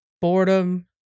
boredom